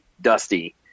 Dusty